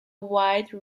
wide